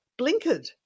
blinkered